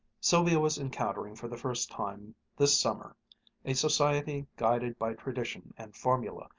sylvia was encountering for the first time this summer a society guided by tradition and formula,